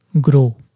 grow